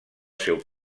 seu